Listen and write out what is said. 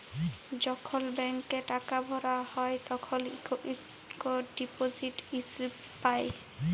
যখল ব্যাংকে টাকা ভরা হ্যায় তখল ইকট ডিপজিট ইস্লিপি পাঁই